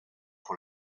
pour